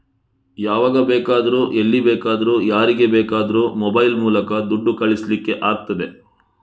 ಯಾವಾಗ ಬೇಕಾದ್ರೂ ಎಲ್ಲಿ ಬೇಕಾದ್ರೂ ಯಾರಿಗೆ ಬೇಕಾದ್ರೂ ಮೊಬೈಲ್ ಮೂಲಕ ದುಡ್ಡು ಕಳಿಸ್ಲಿಕ್ಕೆ ಆಗ್ತದೆ